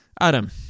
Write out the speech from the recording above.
Adam